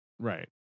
Right